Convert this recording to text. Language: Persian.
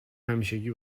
همیشگی